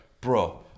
bro